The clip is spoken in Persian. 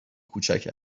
کوچک